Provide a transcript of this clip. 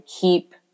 keep